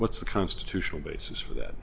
what's the constitutional basis for that